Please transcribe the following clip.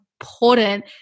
important